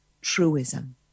truism